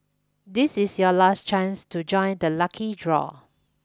this is your last chance to join the lucky draw